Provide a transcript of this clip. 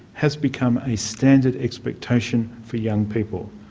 has become a standard expectation for young people.